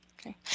Okay